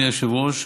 אדוני היושב-ראש,